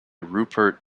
rupert